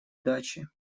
дачи